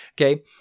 okay